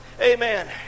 Amen